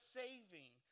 saving